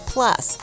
Plus